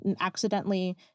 accidentally